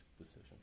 decision